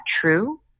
true